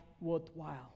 worthwhile